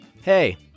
Hey